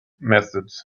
methods